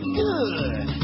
good